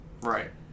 Right